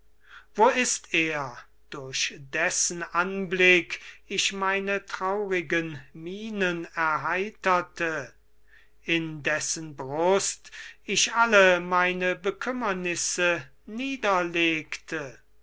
wo ist er durch dessen anblick ich meine traurigen mienen erheiterte in dessen ich alle meine bekümmernisse niederlegte